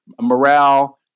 morale